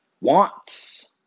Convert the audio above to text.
wants